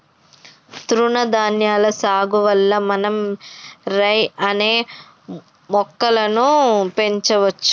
తృణధాన్యాల సాగు వల్ల మనం రై అనే మొక్కలను పెంచవచ్చు